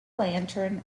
lantern